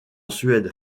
suède